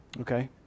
Okay